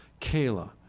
Kayla